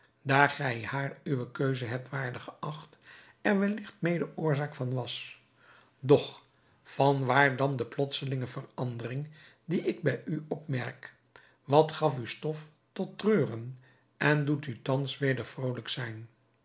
daar gij haar uwe keuze hebt waardig geacht er welligt mede oorzaak van was doch van waar dan de plotselinge verandering die ik bij u opmerk wat gaf u stof tot treuren en doet u thans weder vrolijk zijn